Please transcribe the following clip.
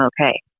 okay